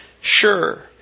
sure